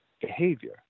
behavior